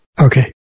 Okay